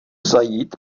zajít